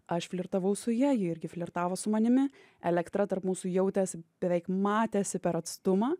aš flirtavau su ja ji irgi flirtavo su manimi elektra tarp mūsų jautėsi beveik matėsi per atstumą